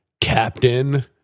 Captain